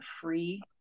free